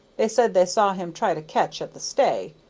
they said they saw him try to catch at the stay,